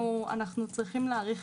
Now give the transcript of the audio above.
בימים הקרובים אנחנו צריכים להאריך